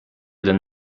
than